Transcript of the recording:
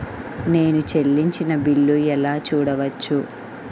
నేను చెల్లించిన బిల్లు ఎలా చూడవచ్చు?